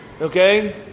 okay